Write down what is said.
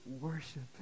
worship